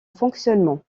fonctionnement